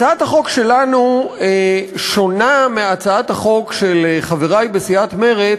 הצעת החוק שלנו שונה מהצעת החוק של חברי בסיעת מרצ,